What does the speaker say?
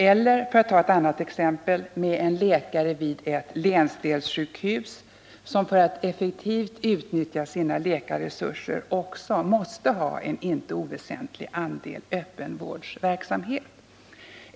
Eller — för att ta ett annat exempel — med en läkare vid ett länsdelssjukhus som för att effektivt utnyttja sina läkarresurser också måste ha en inte oväsentlig andel öppenvårdsverksamhet.